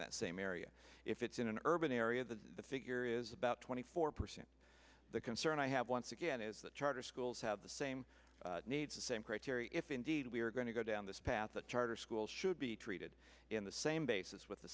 that same area if it's in an urban area that the figure is about twenty four percent the concern i have once again is that charter schools have the same needs the same criteria if indeed we are going to go down this path that charter schools should be treated in the same basis with the